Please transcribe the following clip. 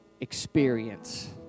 experience